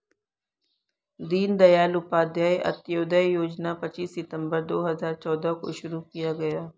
दीन दयाल उपाध्याय अंत्योदय योजना पच्चीस सितम्बर दो हजार चौदह को शुरू किया गया